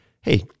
hey